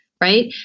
right